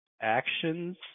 actions